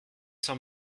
sans